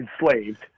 enslaved